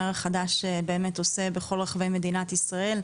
החדש באמת עושה בכל רחבי מדינת ישראל.